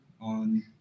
on